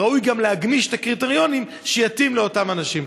ראוי גם להגמיש את הקריטריונים שיתאימו לאותן הנשים.